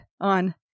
on